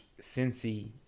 Cincy